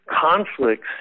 conflicts